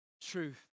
truth